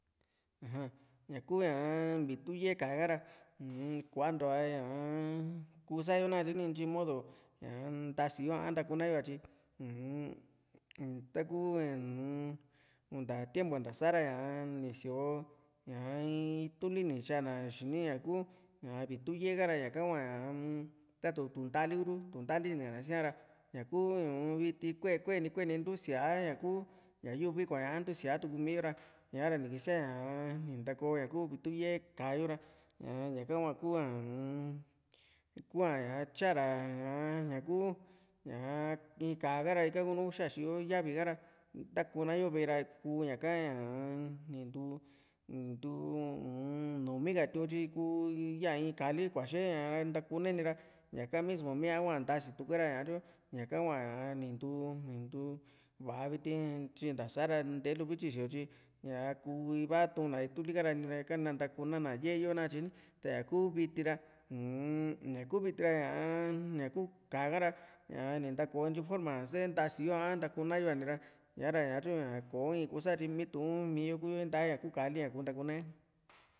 aja ñaku ñaa vitu ye´e ka´a kara un kuantua ña ñaa kuu sayo nakatye ni ntyi modo ñaa ntasiyo a ntakuna yo a tyi uun takuu uu unta tiempo nta sa ra ñaa ni sioo ña ii itu´n li ni tyana xini ñaku vitu ye´e kara ta ñaka hua un tuntali tatuntaa li kuru tuntaa li ni kana siru ñaku viti kue kue ni kueni kueni ntuu siaa ña kuu ña yuvi kuaña a ntusiaa tuumi yo ra ñaa ra ni kisiaa ñaa ni ntako ña kuu vitu ye´e ka´a yo ra ña ñá ka hua kua uun kuaaña tyaara ñaa ñaku ñaa in ka´a ha´ra ika kunu xaxiyo yavi ka ra tani ntakuna yo ve´e ra kuu ñaka ñaa ni ntuu i ntuu uun numi ka tiu´n katyi ku ku ya in ka´a li kuaxe ña ra ntakunai nira ñaka mismo mia hua ntasi tuera ñatyu ñaka hua ña ni ntuu ntuu va´a viti tyi ntasara nteelu vityi ni sioo tyi ñaa ku ku iva tuuna ituli ka ra ikara ntakunana ye´e yo nakatye ni ta ñaku viti ra uun ñaku viti ra ñaa ñaku ka´a ra ñaa ni ntako ntyi forma sae ntasiyo a ntakuna yo ña nira sa´ra ñatyu ña ko in kusa tyi miitu miyo kuyo intae ña kuu ka´a li ña kuu ntakuna´e